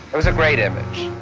it was a great image.